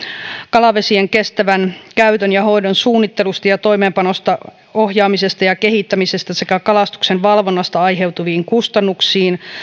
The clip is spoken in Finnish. kalavesien kestävän käytön ja hoidon suunnittelusta ja toimeenpanosta ohjaamisesta ja kehittämisestä sekä kalastuksen valvonnasta aiheutuviin kustannuksiin